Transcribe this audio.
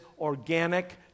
organic